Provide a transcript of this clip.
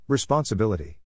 Responsibility